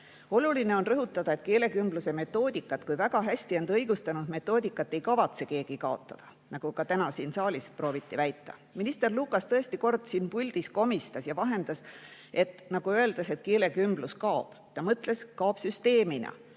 Oluline on rõhutada, et keelekümbluse metoodikat kui väga hästi end õigustanud metoodikat ei kavatse keegi kaotada, kuigi ka täna siin saalis prooviti seda väita. Minister Lukas tõesti kord siin puldis komistas ja nagu ütles, et keelekümblus kaob. Ta mõtles, et see kaob süsteemina.